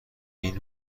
این